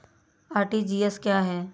RTGS क्या है?